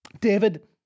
David